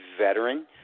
veteran